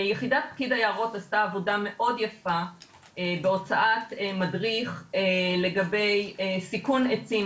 יחידת פקיד היערות עשה עבודה מאוד יפה בהוצאת מדריך לגבי תיקון עצים